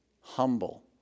humble